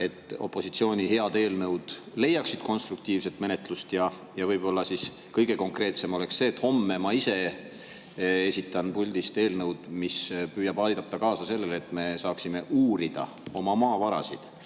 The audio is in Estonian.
et opositsiooni head eelnõud leiaksid konstruktiivset menetlust. Võib-olla kõige konkreetsem oleks see, et homme ma ise esitan puldist eelnõu, mis püüab aidata kaasa sellele, et me saaksime uurida oma maavarasid,